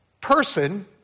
person